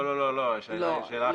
לא, לא, לא, אני שאלתי שאלה אחרת.